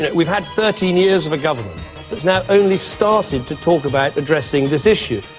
and we've had thirteen years of a government that's now only started to talk about addressing this issue.